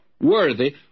worthy